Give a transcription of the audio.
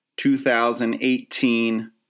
2018